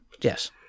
Yes